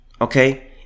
Okay